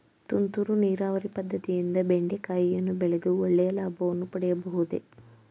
ತುಂತುರು ನೀರಾವರಿ ಪದ್ದತಿಯಿಂದ ಬೆಂಡೆಕಾಯಿಯನ್ನು ಬೆಳೆದು ಒಳ್ಳೆಯ ಲಾಭವನ್ನು ಪಡೆಯಬಹುದೇ?